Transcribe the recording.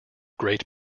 great